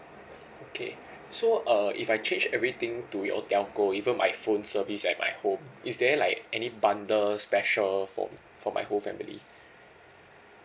okay so uh if I change everything to your telco even my phone service and my home is there like any bundle special for for my whole family